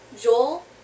Joel